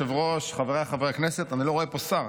היושב-ראש, חבריי חברי הכנסת, אני לא רואה פה שר.